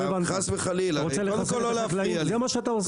זה מה שאתה עושה.